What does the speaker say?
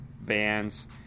bands